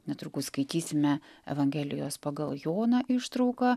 netrukus skaitysime evangelijos pagal joną ištrauką